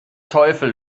teufel